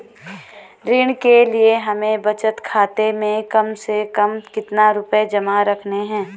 ऋण के लिए हमें बचत खाते में कम से कम कितना रुपये जमा रखने हैं?